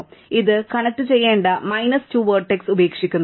അതിനാൽ ഇത് കണക്റ്റുചെയ്യേണ്ട മൈനസ് 2 വെർട്ടെക്സ് ഉപേക്ഷിക്കുന്നു